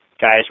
guys